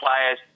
players